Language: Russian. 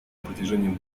протяжении